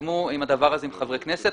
יתקדמו עם הדבר הזה עם חברי הכנסת.